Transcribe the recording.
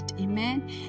Amen